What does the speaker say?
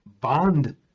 bond